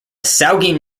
saugeen